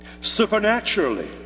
supernaturally